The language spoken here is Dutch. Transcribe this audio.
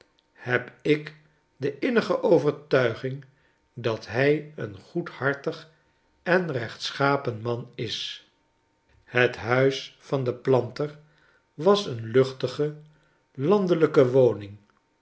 heb ik de innige overtuiging dat hij een goedhartig en rechtschapen man is het huis van den planter was een luchtige landelijke woning